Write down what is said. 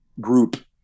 group